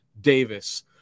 Davis